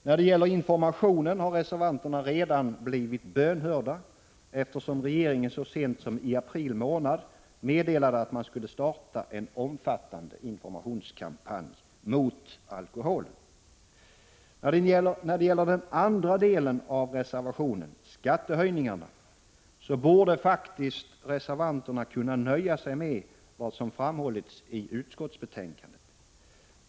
När det gäller informationen har reservanterna redan blivit bönhörda, eftersom regeringen så sent som i april månad meddelade att man skulle starta en omfattande informationskampanj mot alkoholen. När det gäller den andra delen av reservationen — skattehöjningarna — så borde faktiskt reservanterna kunna nöja sig med vad som framhållits i utskottsbetänkandet.